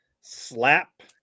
slap